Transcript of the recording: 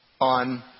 on